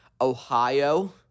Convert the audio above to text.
Ohio